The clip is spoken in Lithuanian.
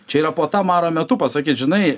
čia yra puota maro metu pasakyt žinai